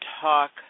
talk